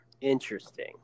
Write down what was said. interesting